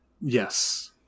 Yes